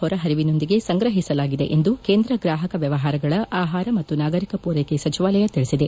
ಹೊರ ಹರಿವಿನೊಂದಿಗೆ ಸಂಗ್ರಹಿಸಲಾಗಿದೆ ಎಂದು ಕೇಂದ್ರ ಗ್ರಾಹಕ ವ್ಯವಹಾರಗಳ ಆಹಾರ ಮತ್ತು ನಾಗರಿಕ ಪೂರೈಕೆ ಸಚಿವಾಲಯ ತಿಳಿಸಿದೆ